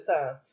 time